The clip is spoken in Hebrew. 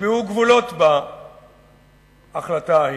נקבעו גבולות בהחלטה ההיא.